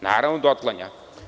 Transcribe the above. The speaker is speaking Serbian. Naravno da otklanja.